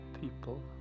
people